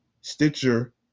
Stitcher